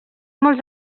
molts